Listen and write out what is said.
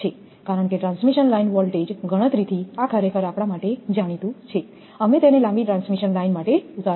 કારણ કે transmission line voltage ગણતરીથી આ ખરેખર આપણા માટે જાણીતું છે અમે તેને લાંબી ટ્રાન્સમિશન લાઇન માટે ઉતાર્યું છે